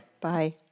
Bye